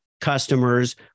customers